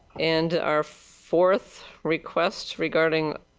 and, our fourth request regarding